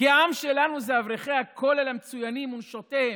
העם שלנו זה אברכי הכולל המצוינים ונשותיהם,